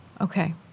Okay